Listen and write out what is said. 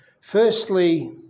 Firstly